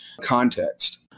context